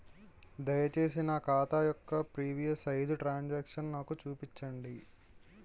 దయచేసి నా ఖాతా యొక్క ప్రీవియస్ ఐదు ట్రాన్ సాంక్షన్ నాకు చూపండి